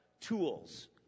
tools